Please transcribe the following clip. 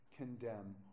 condemn